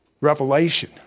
Revelation